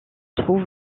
trouve